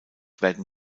werden